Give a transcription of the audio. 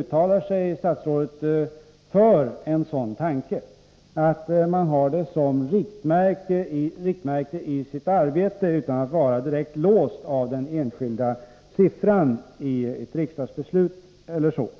Statsrådet uttalar sig för en sådan tanke, nämligen att ha ett sådant riktmärke i sitt arbete, utan att vara direkt låst vid den enskilda siffran i ett riksdagsbeslut